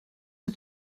the